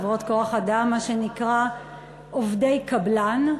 מה שנקרא עובדי קבלן.